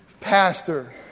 pastor